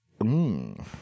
Mmm